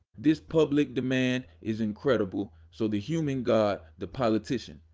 this public demand is incredible, so the human god, the politician,